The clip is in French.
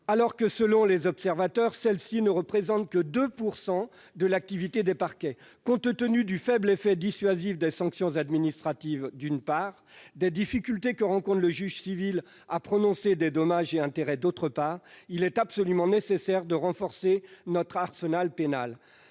affaires qui s'y rapportent ne représentent pourtant que 2 % de l'activité des parquets. Compte tenu du faible effet dissuasif des sanctions administratives, d'une part, et des difficultés que rencontre le juge civil à prononcer des dommages et intérêts, d'autre part, il apparaît comme absolument nécessaire de renforcer notre arsenal pénal.